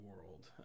world